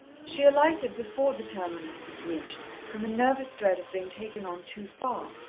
she alighted before the terminus was reached, from a nervous dread of being taken on too far,